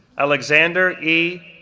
alexander e.